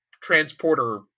transporter